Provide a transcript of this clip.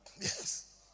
Yes